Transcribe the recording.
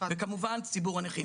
וכמובן לציבור הנכים.